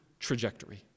trajectory